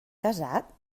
casat